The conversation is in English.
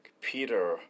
Peter